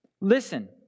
Listen